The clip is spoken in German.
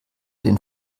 den